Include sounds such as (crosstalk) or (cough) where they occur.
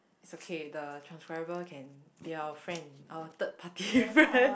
it's okay the transcriber can be our friend our third party friend (laughs)